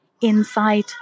inside